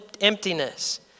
emptiness